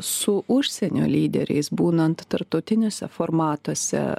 su užsienio lyderiais būnant tarptautiniuose formatuose